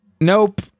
nope